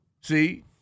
See